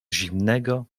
zimnego